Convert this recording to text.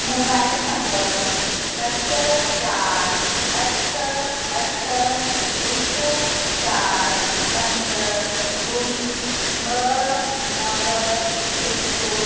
mobile number सत चारि अठ अठ हिक चारि पंज ॿुड़ी ॿ नव हिक